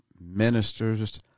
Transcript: ministers